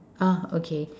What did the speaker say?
ah okay